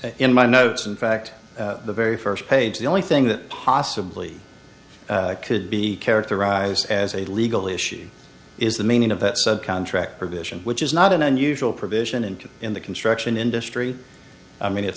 in my notes in fact the very first page the only thing that possibly could be characterized as a legal issue is the meaning of that subcontract provision which is not an unusual provision into in the construction industry i mean it's